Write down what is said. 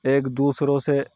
ایک دوسروں سے